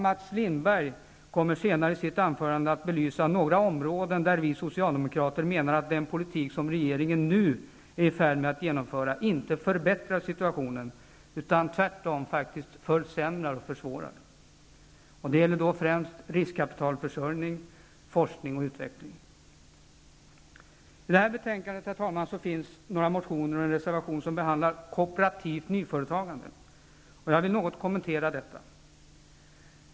Senare kommer Mats Lindberg att i sitt anförande belysa några områden där vi socialdemokrater menar att den politik som regeringen nu är i färd med att genomföra inte förbättrar situationen utan tvärtom faktiskt försämrar och försvårar. Det gäller då främst riskkapitalförsörjning, forskning och utveckling. I det här betänkandet finns det, herr talman, några motioner och en reservation som behandlar kooperativt nyföretagande. Jag vill något kommentera detta.